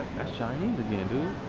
that's chinese again, dude.